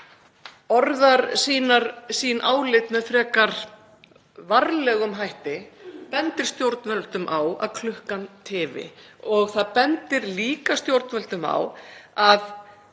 orðar sín álit með frekar varlegum hætti, bendi stjórnvöldum á að klukkan tifi. Það bendir líka stjórnvöldum á að